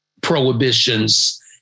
prohibitions